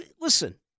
Listen